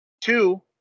Two